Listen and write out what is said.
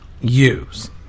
use